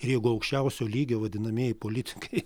jeigu aukščiausio lygio vadinamieji politikai